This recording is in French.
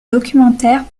documentaires